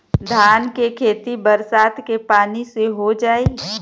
धान के खेती बरसात के पानी से हो जाई?